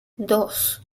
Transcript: dos